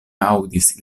aŭdis